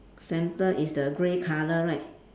centre is the grey colour right